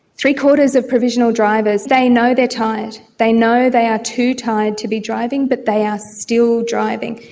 three-quarters of provisional drivers, they know they are tired, they know they are too tired to be driving but they are still driving.